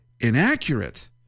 inaccurate